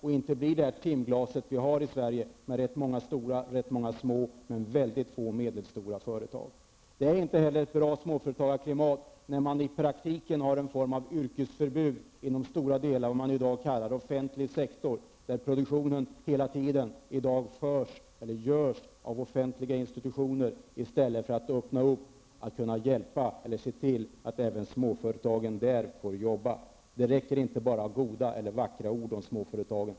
Då kan den svenska företagsstrukturens ''timglas'', med rätt många stora och rätt många små men mycket få medelstora företag förändras. Det är inte heller ett bra småföretagarklimat när man i praktiken har en form av yrkesförbud inom stora delar av vad som i dag kallas offentlig sektor, där produktionen hela tiden utförs av offentliga institutioner. Man bör se till att småföretagen får arbeta även där. Det räcker inte med bara vackra ord om småföretagen.